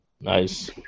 Nice